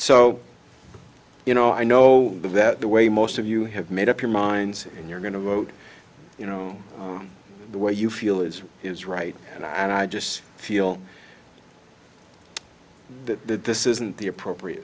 so you know i know that the way most of you have made up your minds and you're going to vote you know the way you feel is is right and i just feel that this isn't the appropriate